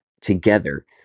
together